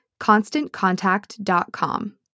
ConstantContact.com